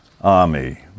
army